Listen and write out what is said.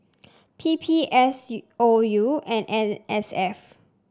P P S U O U and N S F